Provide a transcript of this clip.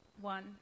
One